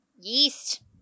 Yeast